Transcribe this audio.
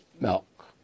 milk